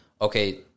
okay